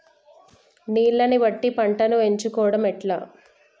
నీళ్లని బట్టి పంటను ఎంచుకోవడం ఎట్లా?